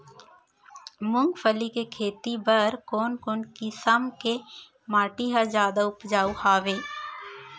मूंगफली के खेती बर कोन कोन किसम के माटी ह जादा उपजाऊ हवये?